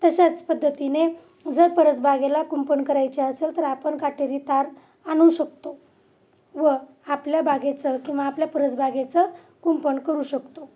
तशाच पद्धतीने जर परसबागेला कुंपण करायचे असेल तर आपण काटेरी तार आणू शकतो व आपल्या बागेचं किंवा आपल्या परसबागेचं कुंपण करू शकतो